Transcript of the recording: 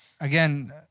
Again